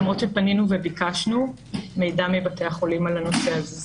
למרות שפנינו וביקשנו מידע מבתי החולים על הנושא הזה.